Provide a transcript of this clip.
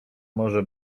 może